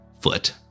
foot